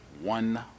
one